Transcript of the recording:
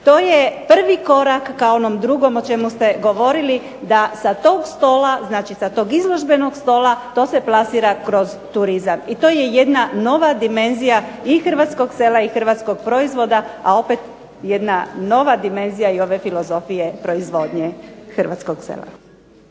To je prvi korak ka onom drugom o čemu ste govorili da sa tog izložbenog stola to se plasira kroz turizam i to je jedna nova dimenzija i Hrvatskog sela i Hrvatskog proizvoda, a opet jedna nova dimenzija ove filozofije proizvodnje Hrvatskog sela.